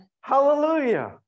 Hallelujah